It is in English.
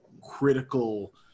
critical